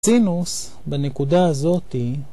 ‫הסינוס בנקודה הזאתי...